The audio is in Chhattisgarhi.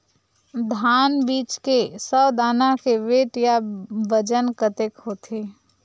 धान बीज के सौ दाना के वेट या बजन कतके होथे?